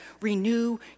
renew